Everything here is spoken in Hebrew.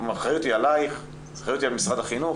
האחריות היא עלייך, האחריות היא על משרד החינוך,